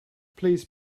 please